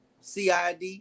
CID